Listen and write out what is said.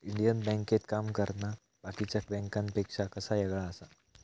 Indian बँकेत काम करना बाकीच्या बँकांपेक्षा कसा येगळा आसा?